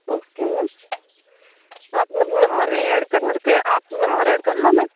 okay मै आप नंब नंबर ऐड करके आप नंबर ऐड कर लो मैम